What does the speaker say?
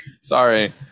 Sorry